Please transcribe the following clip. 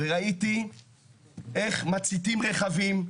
וראיתי איך מציתים רכבים,